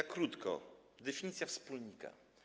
Krótko, definicja wspólnika.